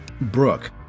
Brooke